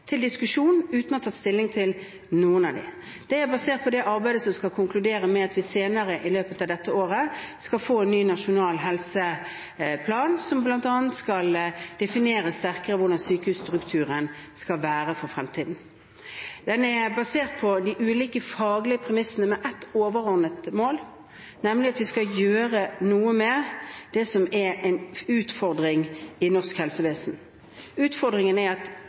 til diskusjon – uten å ha tatt stilling til noen av dem. Dette er basert på det arbeidet der man skal konkludere med at vi senere, i løpet av dette året, skal få en ny nasjonal helseplan, som bl.a. skal definere tydeligere hvordan sykehusstrukturen skal være i fremtiden. Den er basert på de ulike faglige premissene, med ett overordnet mål, nemlig at vi skal gjøre noe med det som er en utfordring i norsk helsevesen. Utfordringen er at